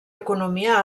economia